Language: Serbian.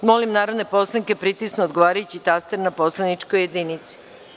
Molim narodne poslanike da pritisnu odgovarajući taster na poslaničkoj jedinici.